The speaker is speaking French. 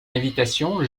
invitation